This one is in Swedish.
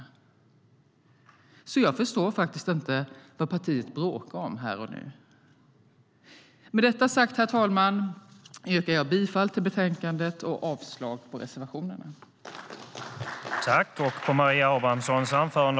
Jag förstår faktiskt inte vad partiet bråkar om här och nu. Herr talman! Jag yrkar bifall till förslaget i betänkandet och avslag på reservationerna.